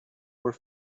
were